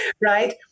right